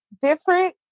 different